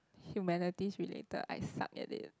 humanities related I suck at it